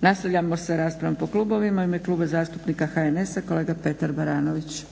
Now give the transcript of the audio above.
Nastavljamo sa raspravom po klubovima. U ime Kluba zastupnika HNS-a kolega Petar Baranović.